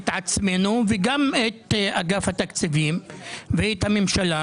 את עצמנו וגם את אגף התקציבים ואת הממשלה.